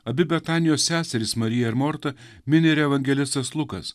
abi betanijos seserys mariją ar mortą mini ir evangelistas lukas